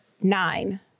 nine